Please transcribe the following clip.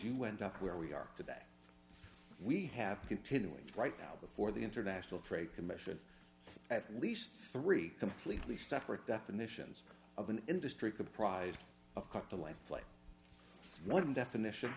you wind up where we are today we have a continuing right now before the international trade commission at least three completely separate definitions of an industry comprised of come to life like one definition